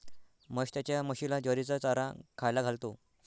महेश त्याच्या म्हशीला ज्वारीचा चारा खायला घालतो